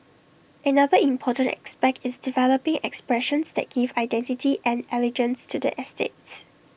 another important aspect is developing expressions that give identity and elegance to the estates